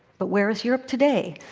but where is europe today?